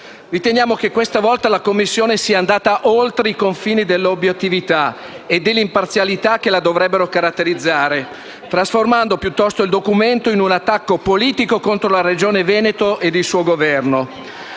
Riteniamo che questa volta la Commissione sia andata oltre i confini dell'obiettività e dell'imparzialità che la dovrebbero caratterizzare, trasformando piuttosto il documento in un attacco politico contro la Regione Veneto e il suo Governo.